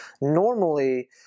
normally